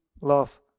love